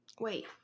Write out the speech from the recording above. Wait